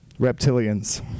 reptilians